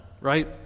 right